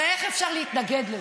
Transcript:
הרי איך אפשר להתנגד לזה?